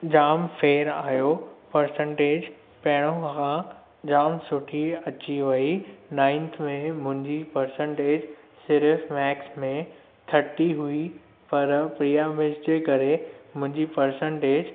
जाम फेरु आहियो परसेंटेज पहिरियों खां जाम सुठी अची वई नाइंथ में मुंहिंजी परसेंटेज सिर्फु मैथ्स में थर्टी हुई पर प्रिया मिस जे करे मुंहिंजी परसेंटेज